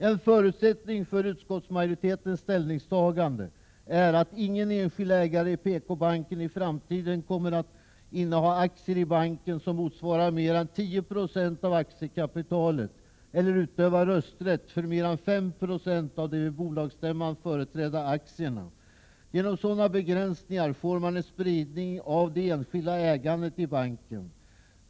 ; En förutsättning för utskottsmajoritetens ställningstagande är att ingen enskild ägare i PKbanken i framtiden kommer att inneha aktier i banken som motsvarar mer än 10 96 av aktiekapitalet eller kan utöva rösträtt för mer än 5 Jo av de vid bolagsstämman företrädda aktierna. Genom sådana begränsningar får man en spridning av det enskilda ägandet i banken.